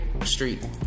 street